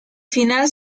final